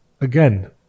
Again